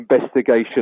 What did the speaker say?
investigation